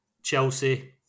Chelsea